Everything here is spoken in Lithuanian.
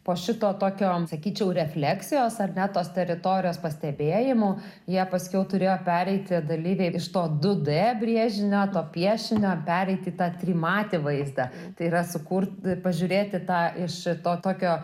po šito tokiom sakyčiau refleksijos ar ne tos teritorijos pastebėjimo jie paskiau turėjo pereiti dalyviai iš to du du d brėžinio to piešinio pereit į tą trimatį vaizdą tai yra sukurt pažiūrėti tą iš to tokio